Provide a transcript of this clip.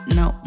no